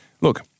look